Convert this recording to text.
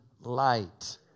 light